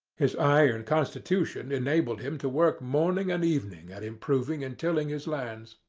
his iron constitution enabled him to work morning and evening at improving and tilling his lands.